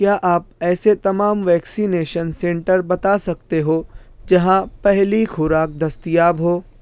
کیا آپ ایسے تمام ویکسینیشن سینٹر بتا سکتے ہو جہاں پہلی خوراک دستیاب ہو